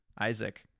Isaac